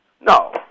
no